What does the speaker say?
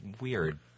weird